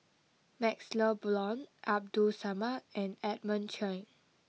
Maxle Blond Abdul Samad and Edmund Cheng